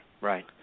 Right